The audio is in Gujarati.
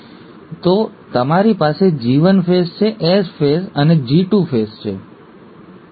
તો તમારી પાસે G1 ફેઝ S ફેઝ અને G2 ફેઝ છે